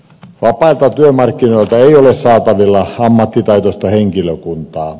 vapailta työmarkkinoilta ei ole saatavilla ammattitaitoista henkilökuntaa